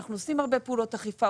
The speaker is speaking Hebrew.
אנחנו עושים הרבה פעולות אכיפה,